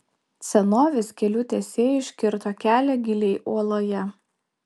senovės kelių tiesėjai iškirto kelią giliai uoloje